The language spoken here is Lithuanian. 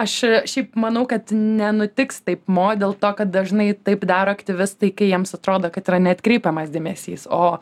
aš šiaip manau kad nenutiks taip mo dėl to kad dažnai taip daro aktyvistai kai jiems atrodo kad yra neatkreipiamas dėmesys o